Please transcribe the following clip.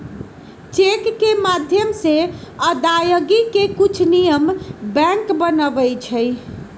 cheque के माध्यम से अदायगी के कुछ नियम बैंक बनबई छई